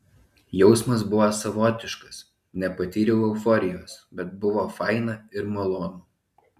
jausmas buvo savotiškas nepatyriau euforijos bet buvo faina ir malonu